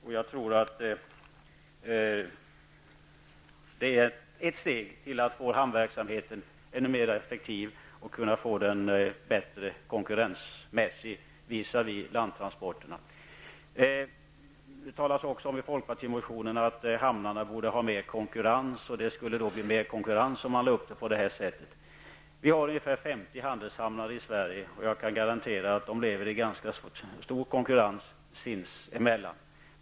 Det är ett steg för att hamnverksamheten skall bli ännu mera effektiv och bättre konkurrensmässigt visavi landtransporterna. I folkpartimotionerna talas det om att det borde bli mer konkurrens för hamnarna. Det finns ungefär 50 handelshamnar i Sverige. De lever i stor konkurrens sinsemellan.